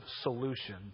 solution